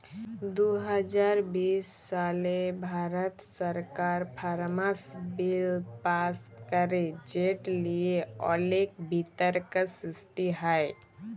দু হাজার বিশ সালে ভারত সরকার ফার্মার্স বিল পাস্ ক্যরে যেট লিয়ে অলেক বিতর্ক সৃষ্টি হ্যয়